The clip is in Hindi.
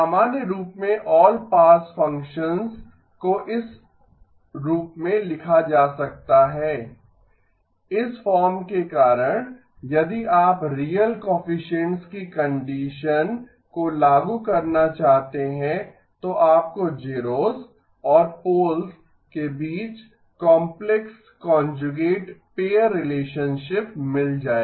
सामान्य रूप में ऑल पास फ़ंक्शन को इस रूप में लिखा जा सकता है इस फॉर्म के कारण यदि आप रियल कोएफ़्फ़िसीएन्टस की कंडीशन को लागू करना चाहते हैं तो आपको ज़ेरोस और पोल्स के बीच काम्प्लेक्स कांजुगेट पेअर रिलेशनशिप मिल जाएगा